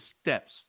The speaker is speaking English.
steps